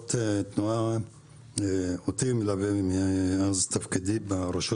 עבירות תנועה אותי מלווה מאז תפקידי ברשות